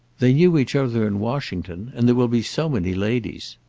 they knew each other in washington. and there will be so many ladies.